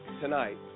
tonight